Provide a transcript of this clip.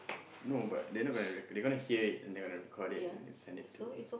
no but they not gonna record they gonna hear it and they gonna record it and then send it to